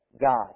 God